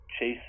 chase